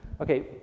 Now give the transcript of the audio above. Okay